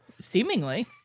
Seemingly